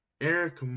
Eric